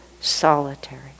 solitary